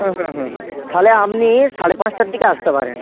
হুম হুম হুম হুম তাহলে আপনি সাড়ে পাঁচটার দিকে আসতে পারেন